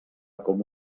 com